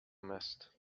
mist